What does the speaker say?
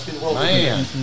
Man